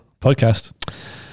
podcast